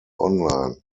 online